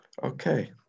Okay